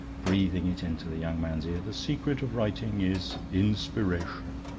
breathing it into the young man's ear the secret of writing is inspiration.